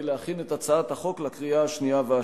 להכין את הצעת החוק לקריאה השנייה והשלישית.